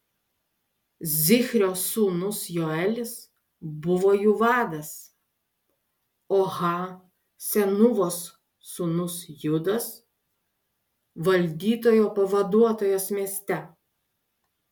zichrio sūnus joelis buvo jų vadas o ha senūvos sūnus judas valdytojo pavaduotojas mieste